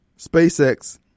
SpaceX